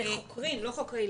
זה חוקרים, לא חוקרי ילדים.